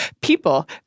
people